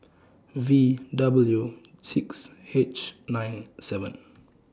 V W six H nine seven